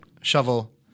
shovel